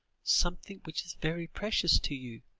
something which is very precious to you.